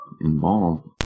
involved